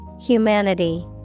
Humanity